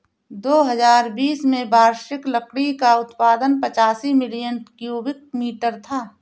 दो हजार बीस में वार्षिक लकड़ी का उत्पादन पचासी मिलियन क्यूबिक मीटर था